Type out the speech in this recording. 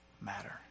matter